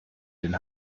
den